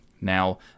Now